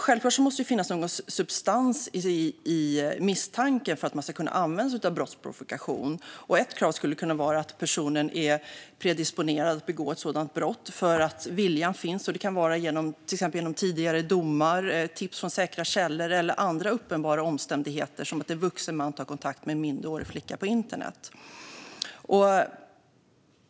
Självklart måste det finnas någon substans i misstanken för att man ska kunna använda sig av brottsprovokation. Ett krav skulle kunna vara att personen är predisponerad att begå ett sådant brott för att viljan finns. Det kan till exempel vara genom tidigare domar, tips från säkra källor eller andra uppenbara omständigheter som att en vuxen man tar kontakt med en minderårig flicka på internet.